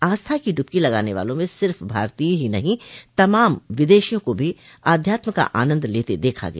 आस्था की डुबकी लगाने वालों में सिर्फ भारतीय ही नहीं तमाम विदेशियों को भी आध्यात्म का आनन्द लेते देखा गया